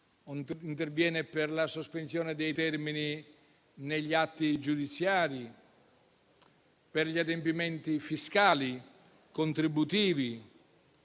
mutui, per la sospensione dei termini negli atti giudiziari, per gli adempimenti fiscali contributivi,